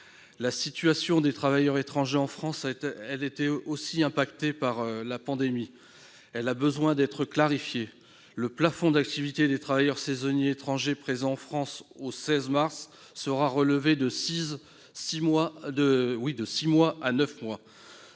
La situation des travailleurs étrangers en France a aussi été impactée par la pandémie. Elle a besoin d'être clarifiée. Le plafond d'activité des travailleurs saisonniers étrangers présents en France au 16 mars sera relevé de six à neuf mois